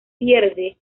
pierde